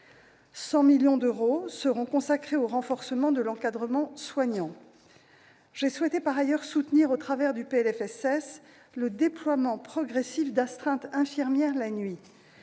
100 millions d'euros seront consacrés au renforcement de l'encadrement soignant. Par ailleurs, j'ai souhaité soutenir, avec ce PLFSS, le déploiement progressif d'astreintes infirmières la nuit.